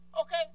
okay